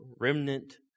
remnant